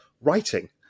writing